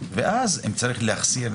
ואז אם צריך להחסיר,